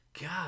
God